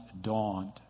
dawned